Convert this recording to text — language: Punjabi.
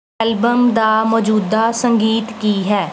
ਐਲਬਮ ਦਾ ਮੌਜੂਦਾ ਸੰਗੀਤ ਕੀ ਹੈ